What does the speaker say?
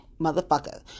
motherfucker